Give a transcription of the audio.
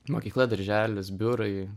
mokykla darželis biurai